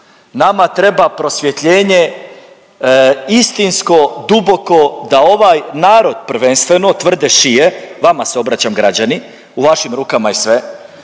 nama treba prosvjetljenje istinsko, duboko da ovaj narod prvenstveno tvrde šije, vama se obraćam građani u vašim rukama je sve,